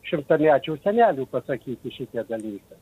šimtamečių senelių pasakyti šitie dalykai